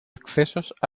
accesos